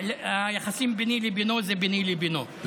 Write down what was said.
היחסים ביני לבינו זה ביני לבינו.